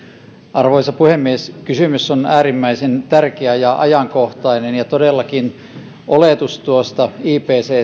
arvoisa puhemies kysymys on äärimmäisen tärkeä ja ajankohtainen todellakin oletus tuosta ipccn